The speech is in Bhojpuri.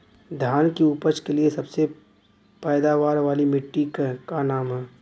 धान की उपज के लिए सबसे पैदावार वाली मिट्टी क का नाम ह?